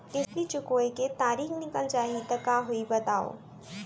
किस्ती चुकोय के तारीक निकल जाही त का होही बताव?